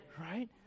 right